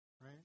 Right